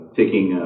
taking